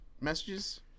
messages